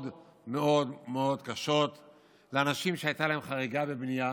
מאוד מאוד קשות לאנשים שהייתה להם חריגה בבנייה